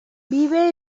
vive